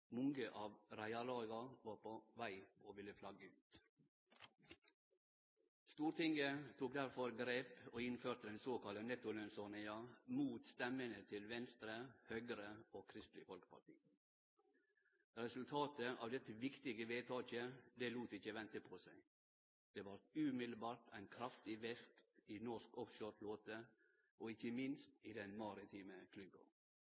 Mange av reiarlaga var på veg til å flagge ut. Stortinget tok derfor grep og innførte den såkalla nettolønnsordninga, mot stemmene frå Venstre, Høgre og Kristeleg Folkeparti. Resultata av dette viktige vedtaket lét ikkje vente på seg. Det vart umiddelbart ein kraftig vekst i norsk offshoreflåte og – ikkje